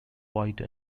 white